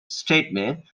statesman